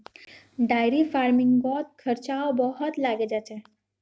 dairy फ़ार्मिंगत खर्चाओ बहुत लागे जा छेक